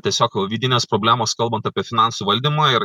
tiesiog vidinės problemos kalbant apie finansų valdymą ir